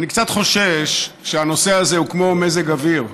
אני קצת חושש שהנושא הזה הוא כמו מזג אוויר,